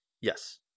yes